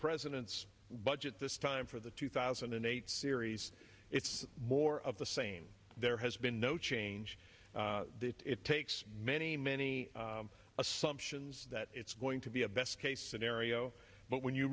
president's budget this time for the two thousand and eight series it's more of the same there has been no change it takes many many assumptions that it's going to be a best case scenario but when you